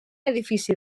edifici